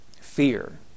fear